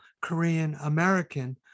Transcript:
Korean-American